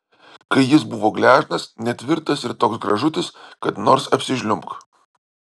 kai jis buvo gležnas netvirtas ir toks gražutis kad nors apsižliumbk